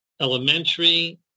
elementary